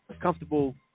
comfortable